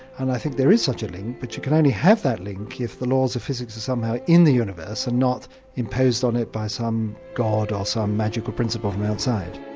and i think there is such a link but you can only have that link if the laws of physics are somehow in the universe and not imposed on it by some god or some magical principle from the outside.